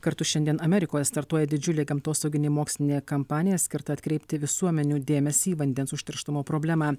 kartu šiandien amerikoje startuoja didžiulė gamtosauginė mokslinė kampanija skirta atkreipti visuomenių dėmesį į vandens užterštumo problemą